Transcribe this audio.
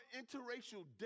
interracial